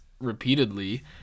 repeatedly